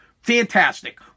Fantastic